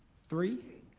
three.